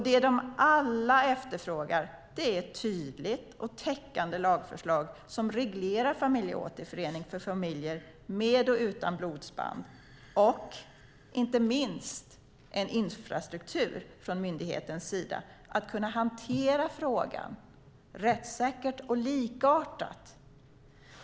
Det alla efterfrågar är ett tydligt och täckande lagförslag som reglerar familjeåterförening för familjer med och utan blodsband och, inte minst, en infrastruktur från myndighetens sida för att kunna hantera frågan rättssäkert och likartat.